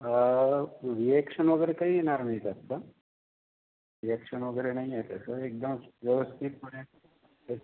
अ reaction वगैरे काही येणार नाही जास्त रिॲक्शन वगैरे नाहीये त्याचं एकदम व्यवस्थितपणे